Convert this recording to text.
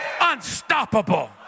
unstoppable